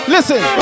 Listen